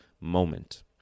moment